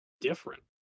different